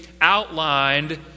outlined